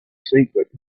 secret